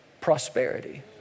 prosperity